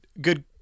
good